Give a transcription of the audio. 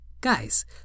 guys